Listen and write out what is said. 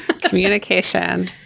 Communication